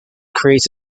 creates